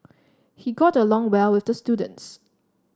he got along well with the students